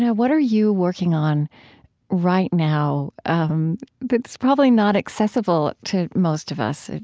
what are you working on right now um that is probably not accessible to most of us,